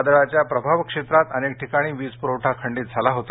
वादळाच्या प्रभावक्षेत्रात अनेक ठिकाणी वीज पुरवठा खंडित झाला होता